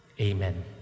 Amen